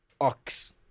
ox